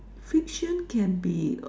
fiction can be